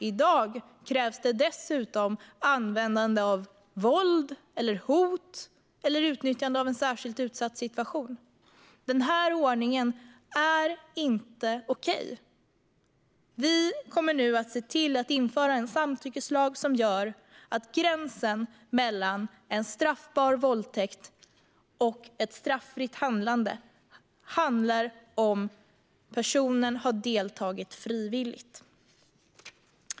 I dag krävs det dessutom användande av våld eller hot eller utnyttjande av en särskilt utsatt situation. Denna ordning är inte okej. Vi kommer nu att se till att införa en samtyckeslag som gör att gränsen mellan en straffbar våldtäkt och ett straffritt handlande går vid om personen har deltagit frivilligt.